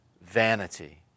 vanity